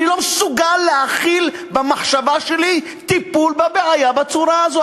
אני לא מסוגל להכיל במחשבה שלי טיפול בבעיה בצורה הזאת.